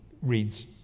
reads